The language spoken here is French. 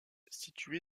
situé